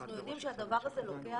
אנחנו יודעים שהדבר הזה לוקח,